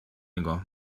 نگاه